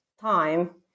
time